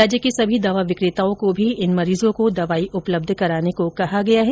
राज्य के सभी दवा विक्रेताओं को भी इन मरीजों को दवाई उपलब्ध कराने को कहा गया है